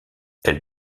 elle